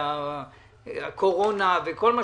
הקורונה וכולי,